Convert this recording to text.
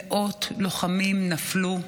מאות לוחמים נפלו,